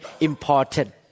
important